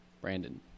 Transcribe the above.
Brandon